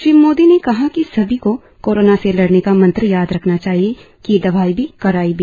श्री मोदी ने कहा कि सभी को कोरोना से लड़ने का मंत्र याद रखना चाहिए कि दवाई भी कड़ाई भी